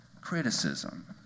criticism